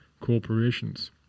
corporations